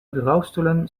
bureaustoelen